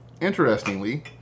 interestingly